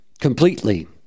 completely